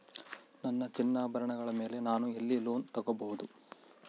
ನನ್ನ ಚಿನ್ನಾಭರಣಗಳ ಮೇಲೆ ನಾನು ಎಲ್ಲಿ ಲೋನ್ ತೊಗೊಬಹುದು?